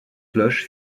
cloche